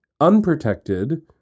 unprotected